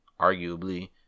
arguably